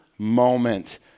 Moment